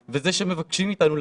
אנחנו בקשר ואנחנו איתכם ואתם לא